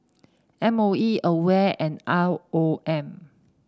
M O E Aware and R O M